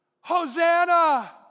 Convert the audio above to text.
Hosanna